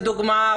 לדוגמה,